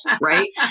Right